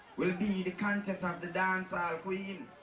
will be the contest of the dancehall ah queen.